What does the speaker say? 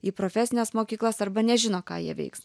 į profesines mokyklas arba nežino ką jie veiks